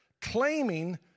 claiming